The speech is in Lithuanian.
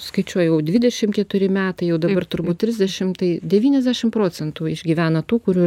skaičiuoja jau dvidešim keturi metai jau dabar turbūt trisdešim tai devyniasdešim procentų išgyvena tų kurių